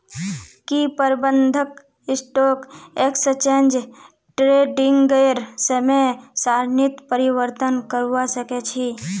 की प्रबंधक stock exchange ट्रेडिंगेर समय सारणीत परिवर्तन करवा सके छी